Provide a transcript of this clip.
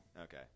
Okay